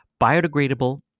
biodegradable